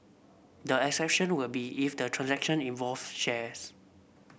the exception will be if the transaction involved shares